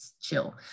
chill